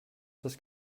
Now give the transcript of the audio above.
das